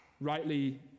rightly